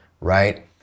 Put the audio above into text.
Right